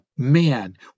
man